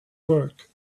work